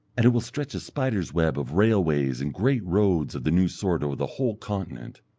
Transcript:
and it will stretch a spider's web of railways and great roads of the new sort over the whole continent.